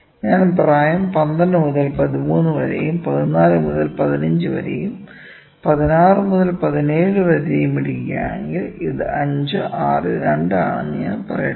ഞാൻ പ്രായം 12 മുതൽ 13 വരെയും 14 മുതൽ 15 വരെയും 16 മുതൽ 17 വരെയും ഇടുകയാണെങ്കിൽ ഇത് 5 6 2 ആണെന്ന് ഞാൻ പറയട്ടെ